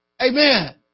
Amen